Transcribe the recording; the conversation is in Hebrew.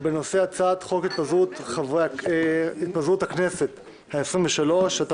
בנושא הצעת חוק התפזרות הכנסת העשרים ושלוש,